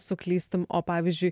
suklystum o pavyzdžiui